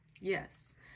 yes